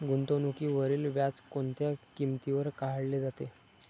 गुंतवणुकीवरील व्याज कोणत्या किमतीवर काढले जाते?